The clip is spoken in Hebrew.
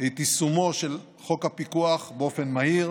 את יישומו של חוק הפיקוח באופן מהיר,